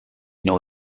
neu